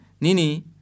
nini